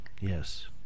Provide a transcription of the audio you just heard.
Yes